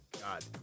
God